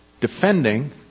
Defending